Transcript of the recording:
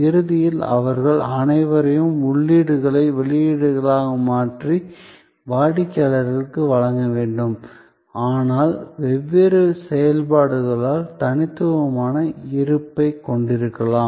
இறுதியில் அவர்கள் அனைவரும் உள்ளீடுகளை வெளியீடாக மாற்றி வாடிக்கையாளருக்கு வழங்க வேண்டும் ஆனால் வெவ்வேறு செயல்பாடுகள் தனித்துவமான இருப்பைக் கொண்டிருக்கலாம்